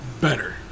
Better